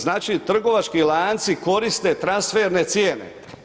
Znači trgovački lanci koriste transferne cijene.